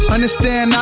Understand